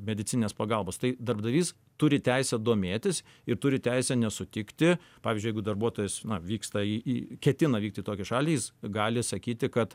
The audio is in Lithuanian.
medicininės pagalbos tai darbdavys turi teisę domėtis ir turi teisę nesutikti pavyzdžiui jeigu darbuotojas vyksta į ketina vykti į tokią šalį jis gali sakyti kad